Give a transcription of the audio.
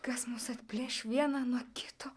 kas mus atplėš vieną nuo kito